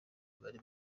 bari